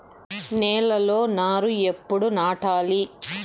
నేలలో నారు ఎప్పుడు నాటాలి?